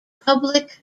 public